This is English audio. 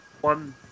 one